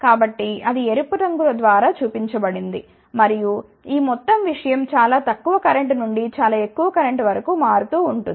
కాబట్టి అది ఎరుపు రంగు ద్వారా చూపబడుతుంది మరియు ఈ మొత్తం విషయం చాలా తక్కువ కరెంట్ నుండి చాలా ఎక్కువ కరెంట్ వరకు మారు తూ ఉంటుంది